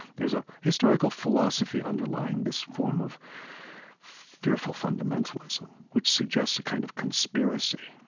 there's a historical philosophy underlying this form of fearful fundamentalism, which suggests a kind of conspiracy,